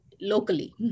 locally